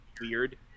weird